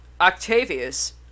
Octavius